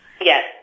Yes